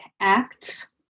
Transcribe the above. acts